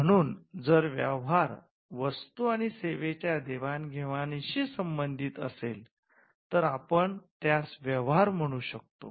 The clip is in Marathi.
म्हणून जर व्यवहार वस्तू आणि सेवेच्या देवाणघेवाणीशी संबंधित असेल तर आपण त्यास व्यवहार म्हणू शकतो